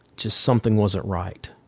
just something wasn't right.